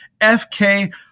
FK